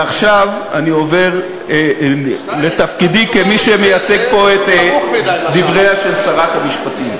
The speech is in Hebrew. ועכשיו אני עובר לתפקידי כמי שמייצג פה את דבריה של שרת המשפטים.